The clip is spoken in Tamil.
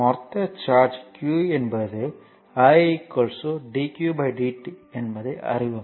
மொத்த சார்ஜ் q என்பது i dq dt என்பதை அறிவோம்